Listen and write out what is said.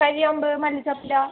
കരിയാമ്പ് മല്ലിച്ചപ്പ്ല്ല